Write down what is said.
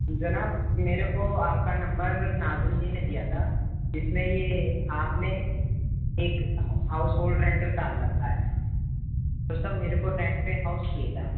جناب میرے کو آپ کا نمبر ناظم جی نے دیا تھا جس میں یہ آپ نے ایک ہاؤس ہولڈ رینٹ ڈال رکھا ہے تو سر میرے کو رینٹ پہ ہاؤس چاہیے تھا